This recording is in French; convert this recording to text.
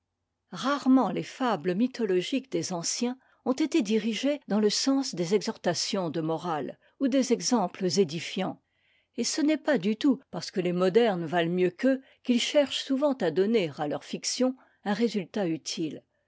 rarement les fables mythologiques des anciens ont été dirigées dans le sens des exhortations de morale ou des exemples édifiants et ce n'est pas du tout parce que les modernes valent mieux qu'eux qu'ils cherchent souvent à donner à leurs fictions un résultat utile